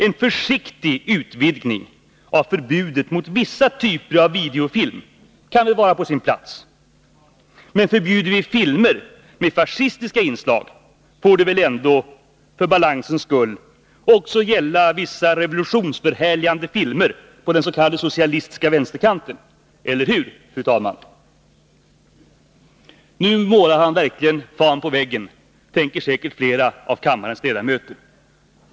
En försiktig utvidgning av förbudet mot vissa typer av videofilm kan väl vara på sin plats. Men förbjuder vi filmer med fascistiska inslag får det väl ändå — för balansens skull — också gälla vissa revolutionsförhärligande filmer på den s.k. socialistiska vänsterkanten. Eller hur — fru talman! Nu målar han verkligen fan på väggen, tänker säkert flera av kammarens ledamöter.